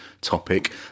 topic